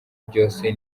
byose